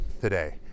today